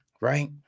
right